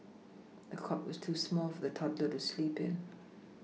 the cot was too small for the toddler to sleep in